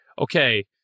okay